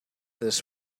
this